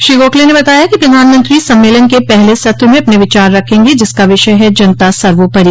श्री गोखले ने बताया कि प्रधानमंत्री सम्मेलन के पहले सत्र में अपने विचार रखेंगे जिसका विषय है जनता सर्वोपरि